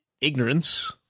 ignorance